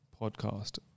podcast